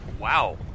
wow